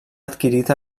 adquirit